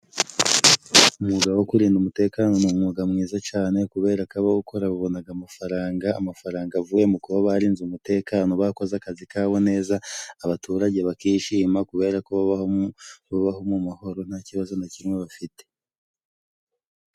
Umwuga wo kurinda umutekano ni umwuga mwiza cane kuberako abawukora babonaga amafaranga, amafaranga avuye mu kuba barinze umutekano bakoze akazi kabo neza ,abaturage bakishima kuberako babaho mu mahoro nta kibazo na kimwe bafite.